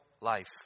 life